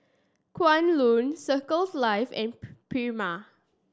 Kwan Loong Circle Life and Prima